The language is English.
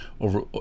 over